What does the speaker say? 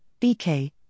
BK